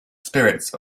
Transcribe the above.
spirits